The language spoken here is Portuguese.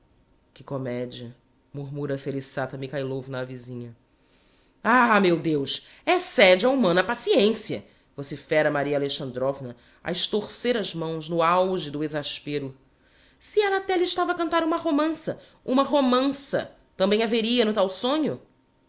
que comedia murmura a felissata mikhailovna á vizinha ah meu deus excede a humana paciencia vocifera maria alexandrovna a estorcer as mãos no auge do exaspero se ella até lhe estava a cantar uma romança uma romança tambem a veria no tal sonho